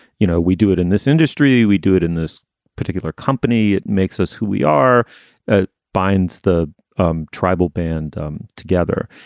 you know, we do it in this industry. we do it in this particular company. it makes us who we are that binds the um tribal band um together.